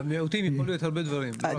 המיעוטים יכול להיות הרבה דברים.